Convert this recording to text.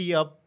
up